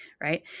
Right